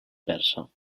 persa